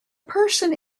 person